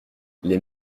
les